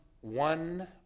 one